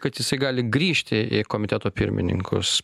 kad jisai gali grįžti į komiteto pirmininkus